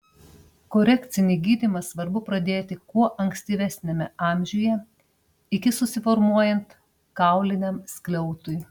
korekcinį gydymą svarbu pradėti kuo ankstyvesniame amžiuje iki susiformuojant kauliniam skliautui